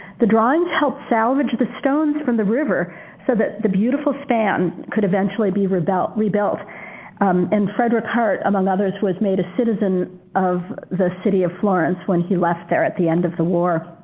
the drawings helped salvage the stones from the river so that the beautiful span could eventually be rebuilt rebuilt and frederick hartt, among others, was made a citizen of the city of florence when he left there at the end of the war.